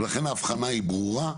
ולכן ההבחנה היא ברורה,